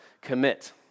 commit